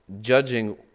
judging